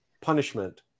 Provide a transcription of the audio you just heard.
punishment